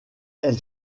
elle